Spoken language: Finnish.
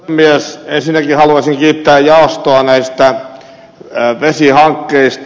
ensinnäkin haluaisin kiittää jaostoa näistä vesihankkeista